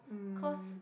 cause